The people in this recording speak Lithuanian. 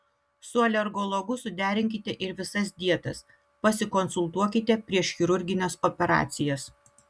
su alergologu suderinkite ir visas dietas pasikonsultuokite prieš chirurgines operacijas